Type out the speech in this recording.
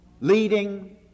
leading